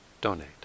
donate